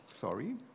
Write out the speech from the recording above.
sorry